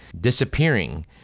disappearing